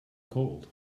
cold